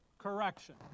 correction